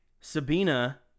Sabina